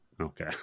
Okay